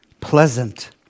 pleasant